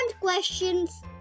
questions